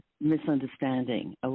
misunderstanding